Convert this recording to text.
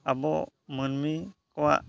ᱟᱵᱚ ᱢᱟᱹᱱᱢᱤ ᱠᱚᱣᱟᱜ